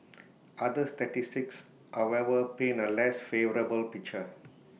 other statistics however paint A less favourable picture